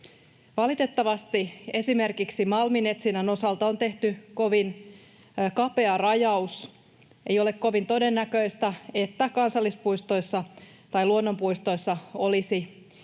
Valitettavasti esimerkiksi malminetsinnän osalta on tehty kovin kapea rajaus — ei ole kovin todennäköistä, että kansallispuistoissa tai luonnonpuistoissa olisi